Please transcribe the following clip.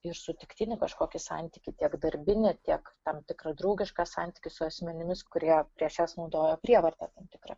ir sutiktinį kažkokį santykį tiek darbinį tiek tam tikrą draugišką santykius su asmenimis kurie prieš juos naudojo prievartą tam tikrą